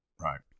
Right